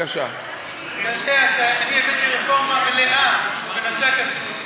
אני הבאתי רפורמה מלאה בנושא הכשרות.